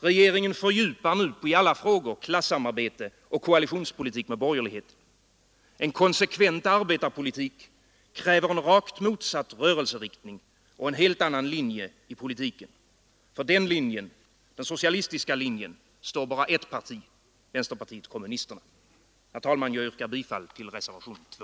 Regeringen fördjupar nu i alla frågor klassamarbetet och koalitionspolitiken med borgerligheten. En konsekvent arbetarpolitik kräver en rakt motsatt rörelseriktning och en helt annan linje i politiken. För den linjen, den socialistiska linjen, står bara ett parti, vänsterpartiet kommunisterna. Herr talman! Jag yrkar bifall till reservationen 2.